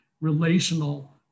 relational